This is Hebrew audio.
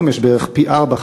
היום יש בערך פי ארבעה,